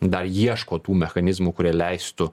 dar ieško tų mechanizmų kurie leistų